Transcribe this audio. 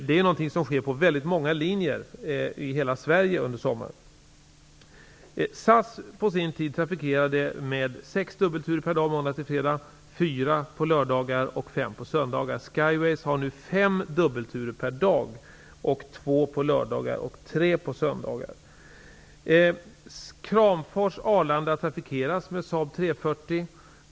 Det är något som sker på väldigt många linjer i hela Kramfors--Arlanda trafikeras med Saab 340.